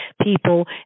people